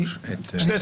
שנייה,